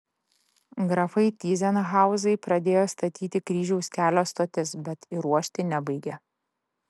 grafai tyzenhauzai pradėjo statyti kryžiaus kelio stotis bet įruošti nebaigė